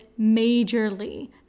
majorly